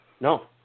No